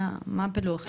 מה הפילוח שם?